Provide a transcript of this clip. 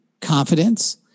confidence